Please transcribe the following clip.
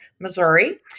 Missouri